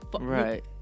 right